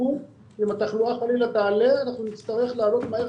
אם התחלואה חלילה תעלה נצטרך לעלות מהר